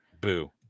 Boo